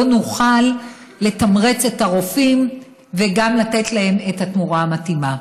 לא נוכל לתמרץ את הרופאים וגם לתת להם את התמורה המתאימה.